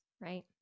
right